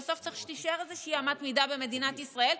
בסוף צריך שתישאר איזושהי אמת מידה במדינת ישראל,